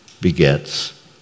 begets